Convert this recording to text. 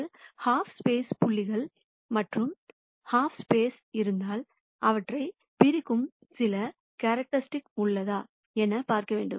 ஒரு ஹாஃப்ஸ்பேஸ்ல் புள்ளிகள் மற்றும் மற்ற ஹாஃப்ஸ்பேஸ்ல் இருந்தால் அவற்றைப் பிரிக்கும் சில கேரக்டரிஸ்ட்டிக் உள்ளதா என பார்க்க வேண்டும்